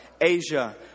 Asia